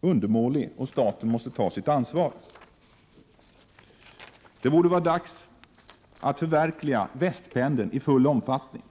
undermålig, och staten måste ta sitt ansvar. Det borde vara dags att förverkliga västpendeln i full omfattning.